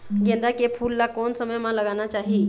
गेंदा के फूल ला कोन समय मा लगाना चाही?